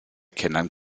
kindern